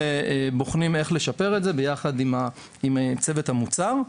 בוחנים איך לשפר את זה ביחד עם צוות המוצר.